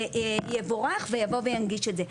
יבורך ויבוא וינגיש את זה.